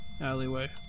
alleyway